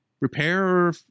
repair